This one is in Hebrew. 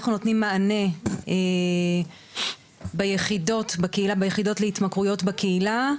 נותנים מענה ביחידות להתמכרויות בקהילה,